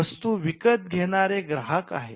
वस्तू विकत घेणारे ग्राहक आहेत